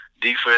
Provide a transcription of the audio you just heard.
Defense